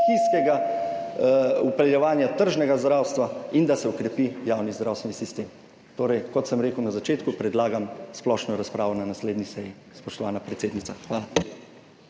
stihijskega vpeljevanja tržnega zdravstva in da se okrepi javni zdravstveni sistem. Torej, kot sem rekel na začetku, predlagam splošno razpravo na naslednji seji, spoštovana predsednica. Hvala.